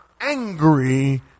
angry